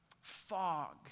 fog